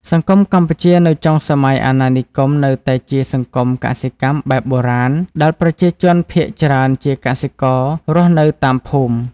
សង្គមកម្ពុជានៅចុងសម័យអាណានិគមនៅតែជាសង្គមកសិកម្មបែបបុរាណ ដែលប្រជាជនភាគច្រើនជាកសិកររស់នៅតាមភូមិ។